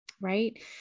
right